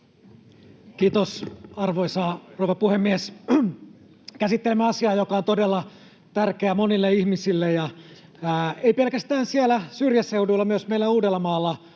Kiitos, arvoisa rouva puhemies! Käsittelemme asiaa, joka on todella tärkeä monille ihmisille, ei pelkästään siellä syrjäseuduilla, vaan myös meillä Uudellamaalla